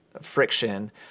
friction